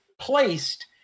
placed